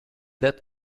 that